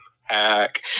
hack